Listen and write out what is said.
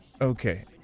Okay